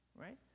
right